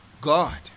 God